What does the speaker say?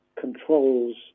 controls